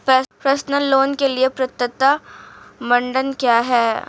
Personal loan के लिए पात्रता मानदंड क्या हैं?